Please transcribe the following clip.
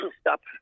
stop